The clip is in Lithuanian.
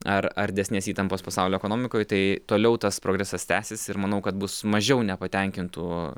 ar ar didesnės įtampos pasaulio ekonomikoj tai toliau tas progresas tęsis ir manau kad bus mažiau nepatenkintų